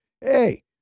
hey